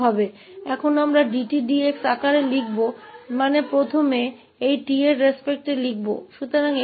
अब हम d𝑡 d𝑥 रूप में लिखेंगे अर्थात इस संबंध में पहले हम कहेंगे